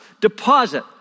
deposit